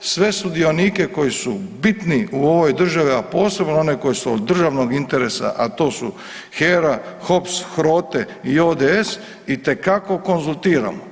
Sve sudionike koji su bitni u ovoj državi, a posebno one koje su od državnog interesa, a to su HERA, HOPS, HROTE i ODS itekako konzultiramo.